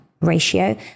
Ratio